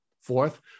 Fourth